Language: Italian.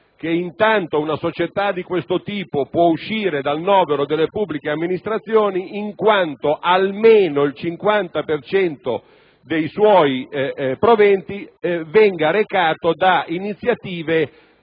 che intanto una società di questo tipo può uscire dal novero delle pubbliche amministrazioni in quanto almeno il 50 per cento dei suoi proventi derivi da iniziative